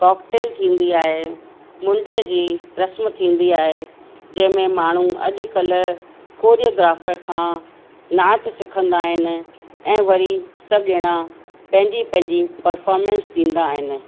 cocktail थींदी आहे मुंडीअ जी रस्म थींदी आहे जंहिं में माण्हू अॼु कल्ह कोर्योग्राफ़र खां नाच सिखंदा आहिनि ऐं वरी सभु ॼणा पंहिंजी पंहिंजी पर्फ़ोरमंस ॾींदा आहिनि